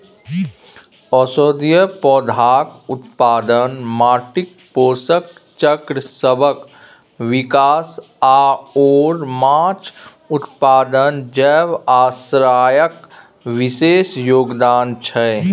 औषधीय पौधाक उत्पादन, माटिक पोषक चक्रसभक विकास आओर माछ उत्पादन जैव आश्रयक विशेष योगदान छै